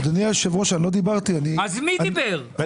אדוני היושב ראש, אני לא דיברתי.